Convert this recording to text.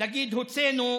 להגיד "הוצאנו".